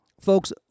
folks